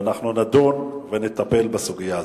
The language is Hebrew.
ואנחנו נדון ונטפל בסוגיה הזאת.